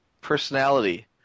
personality